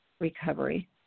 recovery